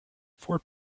four